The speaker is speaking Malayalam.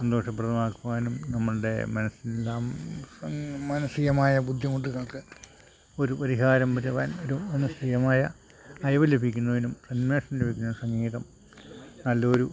സന്തോഷപ്രദമാക്കുവാനും നമ്മളുടെ മനസിൻ്റെ ആ മാനസികമായ ബുദ്ധിമുട്ടിനൊക്കെ ഒരു പരിഹാരം വരുവാൻ ഒരു മാനസികമായ അയവ് ലഭിക്കുന്നതിനും ഉന്മേഷം ലഭിക്കുന്നതിനും സംഗീതം നല്ല ഒരു